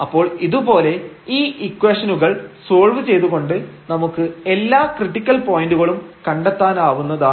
അപ്പോൾ ഇതുപോലെ ഈ ഇക്വേഷനുകൾ സോൾവ് ചെയ്തു കൊണ്ട് നമുക്ക് എല്ലാ ക്രിട്ടിക്കൽ പോയന്റുകളും കണ്ടെത്താനാവുന്നതാണ്